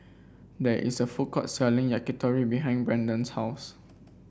there is a food court selling Yakitori behind Brandon's house